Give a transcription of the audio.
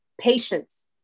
patience